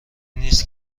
نیست